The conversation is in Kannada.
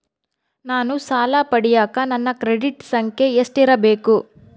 ನಾನು ಸಾಲ ಪಡಿಯಕ ನನ್ನ ಕ್ರೆಡಿಟ್ ಸಂಖ್ಯೆ ಎಷ್ಟಿರಬೇಕು?